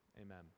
Amen